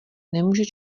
nemůže